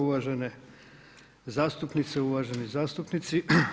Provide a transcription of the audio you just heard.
Uvažene zastupnice, uvaženi zastupnici.